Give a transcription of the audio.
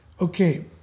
Okay